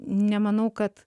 nemanau kad